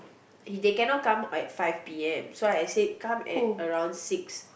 if they cannot come at five p_m so I said come at around six